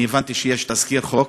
אני הבנתי שיש תזכיר חוק,